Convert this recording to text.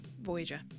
Voyager